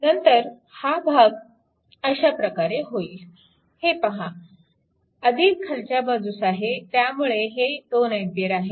नंतर हा भाग अशा प्रकारे होईल हे पहा खालच्या बाजूस आहे त्यामुळे हे 2A आहे